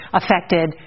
affected